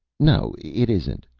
no, it isn't,